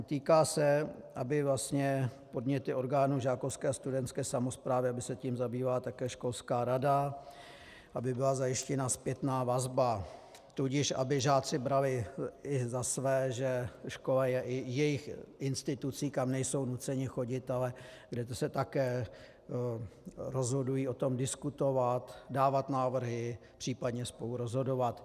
Týká se aby vlastně podněty orgánů žákovské a studentské samosprávy se zabývala také školská rada, aby byla zajištěna zpětná vazba, tudíž aby žáci brali i za své, že škola je i jejich institucí, kam nejsou nuceni chodit, ale kde se také rozhodují o tom, diskutovat, dávat návrhy, případně spolurozhodovat.